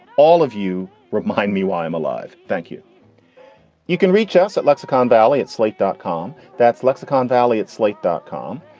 all of you remind me why i i'm alive. thank you you can reach us at lexicon valley at slate dot com. that's lexicon valley at slate dot com.